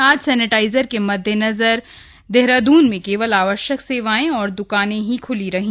आज सैनिटाइजर के मद्देनजर देहरादून केवल आवश्यक सेवाएं और द्रकानें ख्ली रहीं